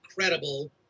incredible